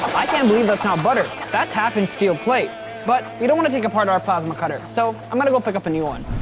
i can't believe that's not butter that's half inch and steel plate but we don't wanna think of part of our plasma cutter so i'm gonna go pick up a new one.